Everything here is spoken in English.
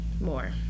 more